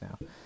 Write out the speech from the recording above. now